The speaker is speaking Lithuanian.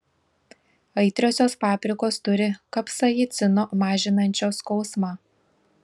aitriosios paprikos turi kapsaicino mažinančio skausmą